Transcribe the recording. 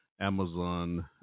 Amazon